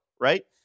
Right